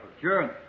Sure